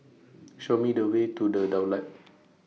Show Me The Way to The Daulat